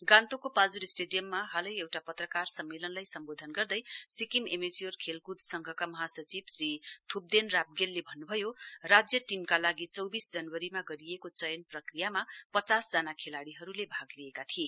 गान्तोकको पाल्जोर स्टेडियममा हालै एउटा पत्रकार सम्मेलनलाई सम्बोधन गर्दै सिक्किम एमेच्योर खेलक्द संघका महासचिव श्री थ्प्देन राप्गेलले भन्न् भयो राज्य टीमका लागि चौबिस जनवरीमा गरिएको चयन प्रक्रियामा पचासजना खेलाडीहरूले भाग लिएका थिए